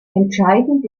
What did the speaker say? entscheidend